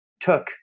took